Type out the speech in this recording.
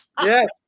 Yes